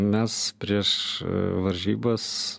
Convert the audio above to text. mes prieš varžybas